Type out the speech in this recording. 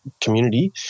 community